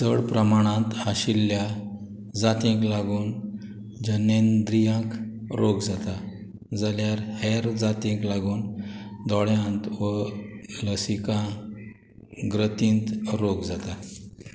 चड प्रमाणांत आशिल्ल्या जातीक लागून जनेंद्रियांक रोग जाता जाल्यार हेर जातीक लागून दोळ्यांत व लसिकां ग्रथींत रोग जाता